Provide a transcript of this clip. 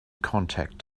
contact